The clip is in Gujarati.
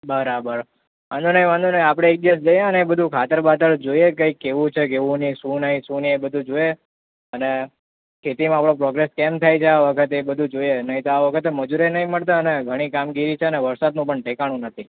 બરાબર વાંધો નહીં વાંધો નહીં આપડે એક દિવસ જઈ અને એ બધુ ખાતર બાતર જોઈએ કઈ કેવું છે કેવું નહીં શું નહીં શું નહીં એ બધુ જોઈએ અને ખેતીમાં આપડો પ્રોગ્રેસ કેમ થાય છે આ વખતે એ બધું જોઈએ નહીં તો આ વખતે મજૂરેય નહીં મળતાને ઘણી કામગીરી છે ને વરસાદનું પણ ઠેકાણું નથી